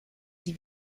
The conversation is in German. sie